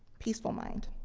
peaceful mind.